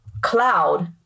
Cloud